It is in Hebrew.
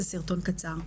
זה סרטון קצר.